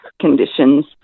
conditions